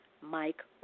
Mike